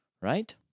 right